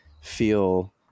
feel